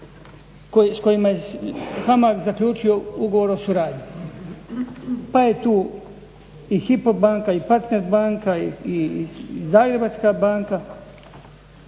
s kojima je HAMAG zaključio ugovor o suradnji. Pa je tu i HYPO banka i Partner banka i Zagrebačka banka,